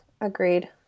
Agreed